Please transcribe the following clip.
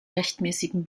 rechtmäßigen